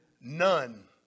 none